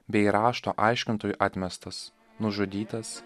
bei rašto aiškintojų atmestas nužudytas